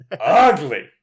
ugly